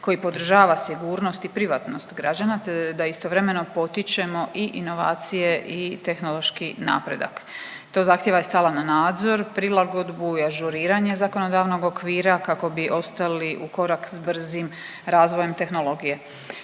koji podržava sigurnost i privatnost građana te da istovremeno potičemo i inovacije i tehnološki napredak. To zahtijeva i stalan nadzor, prilagodbu i ažuriranje zakonodavnog okvira kako bi ostali ukorak s brzim razvojem tehnologije,